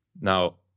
Now